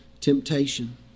temptation